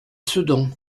sedan